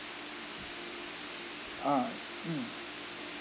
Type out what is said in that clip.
!huh! mm